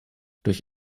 durch